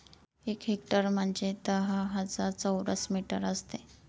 एक हेक्टर म्हणजे दहा हजार चौरस मीटर असते